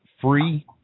free